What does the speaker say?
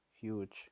huge